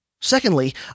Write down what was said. Secondly